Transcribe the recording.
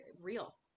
real